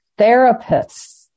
therapists